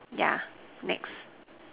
yeah next